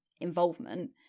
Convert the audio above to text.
involvement